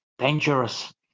Dangerous